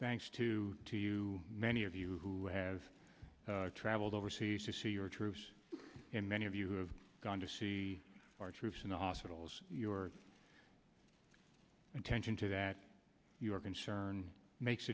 thanks to to you many of you who have traveled overseas to see your troops and many of you have gone to see our troops in the hospitals your attention to that your concern makes